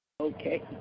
okay